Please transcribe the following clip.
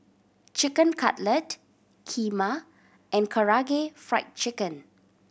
Chicken Cutlet Kheema and Karaage Fried Chicken